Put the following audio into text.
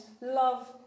Love